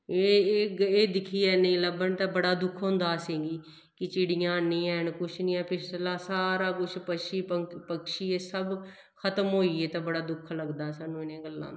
एह् एह् एह् दिक्खियै नेईं लब्भन ते बड़ा दुख होंदा असेंगी कि चिड़ियां निं हैन कुछ निं ऐ फ्ही सारा कुछ पशी पक्षी एह् सब खत्म होई गे ते बड़ा दुख लगदा सानूं इ'नें गल्लें दा